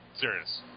serious